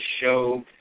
show